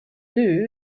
lew